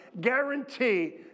guarantee